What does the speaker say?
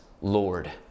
Lord